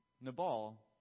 Nabal